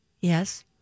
Yes